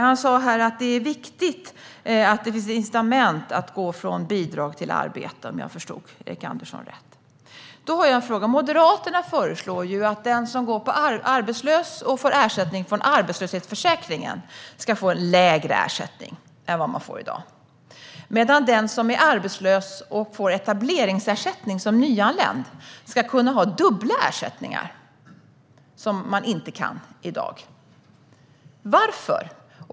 Han sa att det är viktigt att det finns incitament att gå från bidrag till arbete, om jag förstod honom rätt. Moderaterna föreslår att den som går arbetslös och får ersättning från arbetslöshetsförsäkringen ska få lägre ersättning än vad som är fallet i dag, medan den som är arbetslös och får etableringsersättning som nyanländ ska kunna ha dubbla ersättningar, vilket man inte kan i dag. Varför?